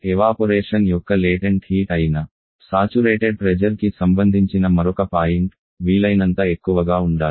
evaporation యొక్క latent heat అయిన saturated pressure కి సంబంధించిన మరొక పాయింట్ వీలైనంత ఎక్కువగా ఉండాలి